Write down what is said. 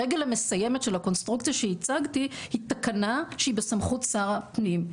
הרגל המסיימת של הקונסטרוקציה שהצגתי היא תקנה שהיא בסמכות שר הפנים,